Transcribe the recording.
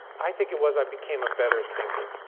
i think it was i became a better thinker,